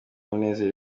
umunezero